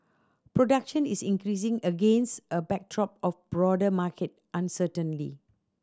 production is increasing against a backdrop of broader market uncertainly